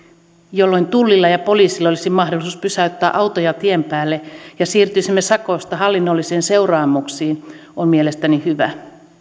jolloin tullilla ja poliisilla olisi mahdollisuus pysäyttää autoja tien päälle ja siirtyisimme sakosta hallinnollisiin seuraamuksiin on mielestäni hyvä